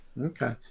okay